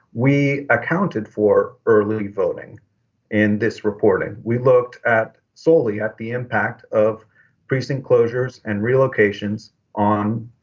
we accounted for early voting in this report and we looked at solely at the impact of recent closures and relocations on.